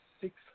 six